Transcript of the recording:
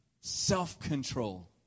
Self-control